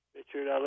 Richard